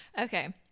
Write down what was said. Okay